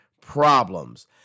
problems